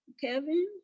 Kevin